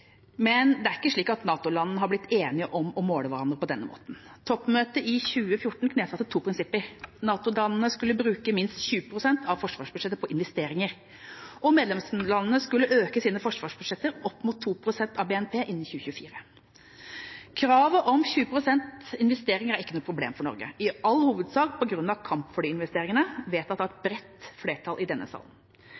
Men det er ikke slik at NATO-landene har blitt enige om å måle hverandre på denne måten. Toppmøtet i 2014 knesatte to prinsipper: NATO-landene skulle bruke minst 20 pst. av forsvarsbudsjettet på investeringer og medlemslandene skulle øke sine forsvarsbudsjetter opp mot 2 pst. av BNP innen 2024. Kravet om 20 pst. på investeringer er ikke noe problem for Norge – i all hovedsak på grunn av kampflyinvesteringen, vedtatt av et